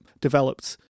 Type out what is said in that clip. developed